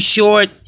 Short